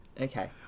Okay